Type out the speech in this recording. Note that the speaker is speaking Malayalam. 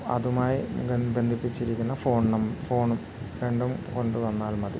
അതുമായി ബന്ധിപ്പിച്ചിരിക്കുന്ന ഫോൺനം ഫോണും രണ്ടും കൊണ്ടുവന്നാൽ മതി